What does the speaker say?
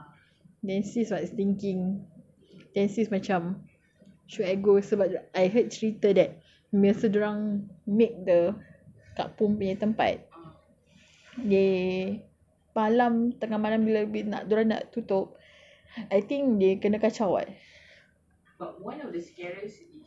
he wanted to ajak me then sis was thinking then sis macam should I go sebab I heard cerita that masa dia orang make the kak pon punya tempat they malam tengah malam bila nak dia orang nak tutup I think dia kena kacau [what]